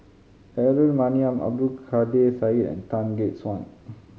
Aaron Maniam Abdul Kadir Syed and Tan Gek Suan